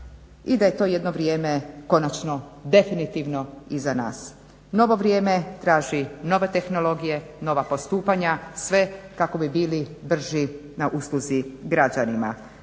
i da je to jedno vrijeme konačno definitivno iza nas. Novo vrijeme traži nove tehnologije, nova postupanja, sve kako bi bili brži na usluzi građanima.